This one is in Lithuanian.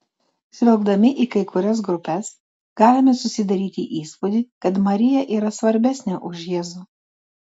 žvelgdami į kai kurias grupes galime susidaryti įspūdį kad marija yra svarbesnė už jėzų